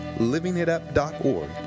livingitup.org